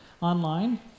online